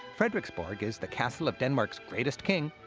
frederiksborg is the castle of denmark's greatest king,